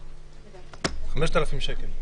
5,000 שקל?